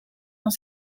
dans